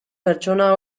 pertsona